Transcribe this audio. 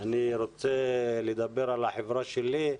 אני רוצה לדבר על החברה שלי,